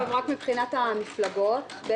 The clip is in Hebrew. רק מבחינת המפלגות,